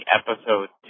episode